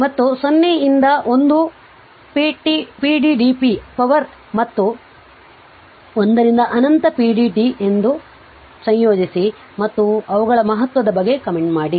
ಮತ್ತು 0 ರಿಂದ 1 pdtp power ಮತ್ತು 1 ರಿಂದ ಅನಂತ pdt ಎಂದು ಸಂಯೋಜಿಸಿ ಮತ್ತು ಅವುಗಳ ಮಹತ್ವದ ಬಗ್ಗೆ ಕಾಮೆಂಟ್ ಮಾಡಿ